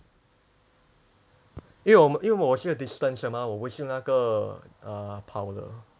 因为我因为我们是 distance 的嘛我们是那个 uh 跑的pao de